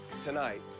tonight